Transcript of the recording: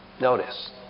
notice